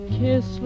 kiss